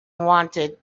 wanted